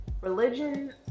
Religion